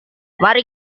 mari